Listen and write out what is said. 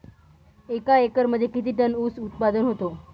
एका एकरमध्ये किती टन ऊस उत्पादन होतो?